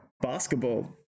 basketball